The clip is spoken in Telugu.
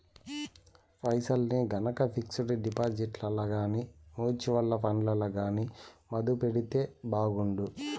పైసల్ని గనక పిక్సుడు డిపాజిట్లల్ల గానీ, మూచువల్లు ఫండ్లల్ల గానీ మదుపెడితే బాగుండు